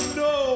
no